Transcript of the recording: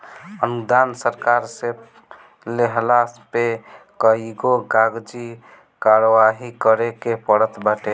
अनुदान सरकार से लेहला पे कईगो कागजी कारवाही करे के पड़त बाटे